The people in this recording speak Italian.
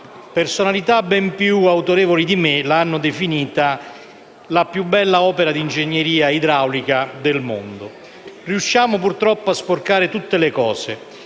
Personalità ben più autorevoli di me l'hanno definita la più bella opera di ingegneria idraulica del mondo. Riusciamo purtroppo a sporcare tutte le cose.